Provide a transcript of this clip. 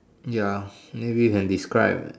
ya maybe can describe